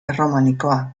erromanikoa